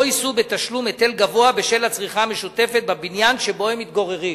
לא יישאו בתשלום היטל גבוה בשל הצריכה המשותפת בבניין שבו הם מתגוררים.